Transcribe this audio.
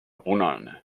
punane